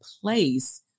place